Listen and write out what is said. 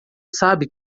sabe